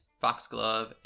foxglove